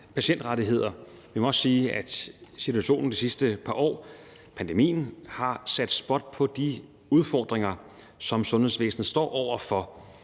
patientrettigheder. Vi må også sige, at situationen i de sidste par år, pandemien, har sat spot på de udfordringer, som sundhedsvæsenet står over for.